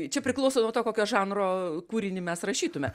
čia priklauso nuo to kokio žanro kūrinį mes rašytume